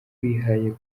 rwihaye